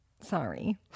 sorry